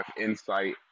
insight